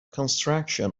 construction